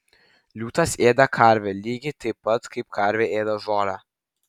liūtas ėda karvę lygiai taip pat kaip karvė ėda žolę